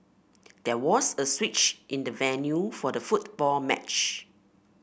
there was a switch in the venue for the football match